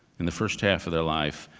in the first half of their life,